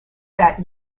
that